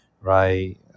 right